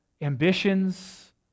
ambitions